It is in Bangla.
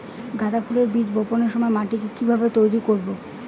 গাদা ফুলের বীজ বপনের সময় মাটিকে কিভাবে তৈরি করব?